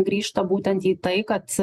grįžta būtent į tai kad